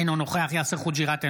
אינו נוכח יאסר חוג'יראת,